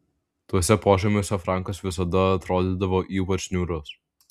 tuose požemiuose frankas visada atrodydavo ypač niūrus